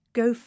go